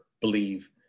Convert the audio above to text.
believe